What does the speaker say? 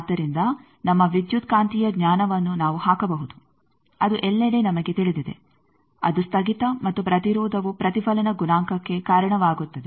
ಆದ್ದರಿಂದ ನಮ್ಮ ವಿದ್ಯುತ್ಕಾಂತೀಯ ಜ್ಞಾನವನ್ನು ನಾವು ಹಾಕಬಹುದು ಅದು ಎಲ್ಲೆಡೆ ನಮಗೆ ತಿಳಿದಿದೆ ಅದು ಸ್ಥಗಿತ ಮತ್ತು ಪ್ರತಿರೋಧವು ಪ್ರತಿಫಲನ ಗುಣಾಂಕಕ್ಕೆ ಕಾರಣವಾಗುತ್ತದೆ